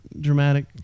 dramatic